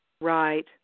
Right